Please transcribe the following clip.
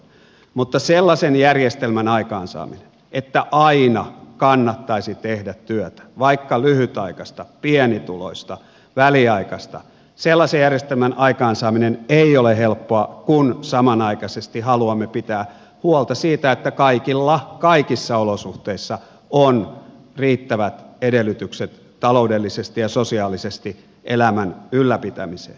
mutta sellaisen järjestelmän aikaansaaminen että aina kannattaisi tehdä työtä vaikka lyhytaikaista pienituloista väliaikaista ei ole helppoa kun samanaikaisesti haluamme pitää huolta siitä että kaikilla kaikissa olosuhteissa on riittävät edellytykset taloudellisesti ja sosiaalisesti elämän ylläpitämiseen